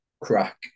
Crack